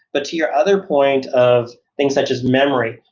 but to your other point of things such as memory,